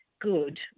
good